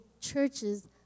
churches